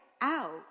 out